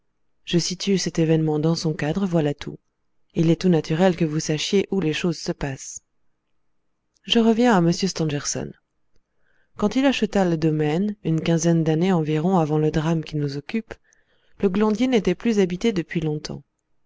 je situe cet événement dans son cadre voilà tout il est tout naturel que vous sachiez où les choses se passent je reviens à m stangerson quand il acheta le domaine une quinzaine d'années environ avant le drame qui nous occupe le glandier n'était plus habité depuis longtemps